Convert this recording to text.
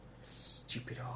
stupid